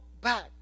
back